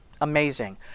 Amazing